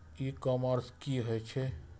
ई commerce की होए छै?